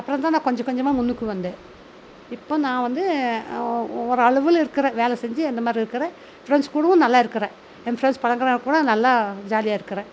அப்பறம்தான் நான் கொஞ்சம் கொஞ்சமாக முன்னுக்கு வந்தேன் இப்போ நான் வந்து ஓரளவில் இருக்குறேன் வேலை செஞ்சு அந்த மாதிரி இருக்குறேன் ஃபிரெண்ட்ஸ் கூடவும் நல்லா இருக்குறேன் என் ஃபிரெண்ட்ஸ் பழகுனா கூட நல்லா ஜாலியாக இருக்குறேன்